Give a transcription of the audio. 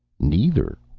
neither,